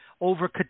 over